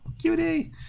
cutie